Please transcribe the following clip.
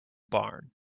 barn